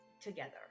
together